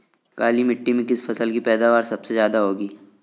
काली मिट्टी में किस फसल की पैदावार सबसे ज्यादा होगी?